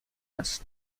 است